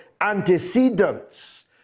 antecedents